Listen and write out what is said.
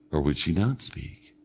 or would she not speak,